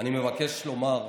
בראשית דבריי אני מבקש לומר בשמי,